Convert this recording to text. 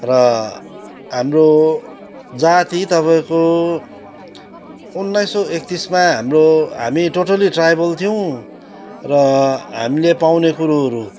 र हाम्रो जाति तपाईँको उन्नाइस सौ एक्तिसमा हाम्रो हामी टोटल्ली ट्राइबल थियौँ र हामीले पाउने कुरोहरू